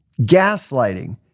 gaslighting